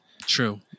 True